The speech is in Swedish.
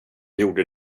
gjorde